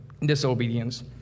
disobedience